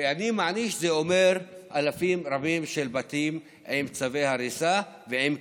"אני מעניש" זה אומר אלפים רבים של בתים עם צווי הריסה ועם קנסות.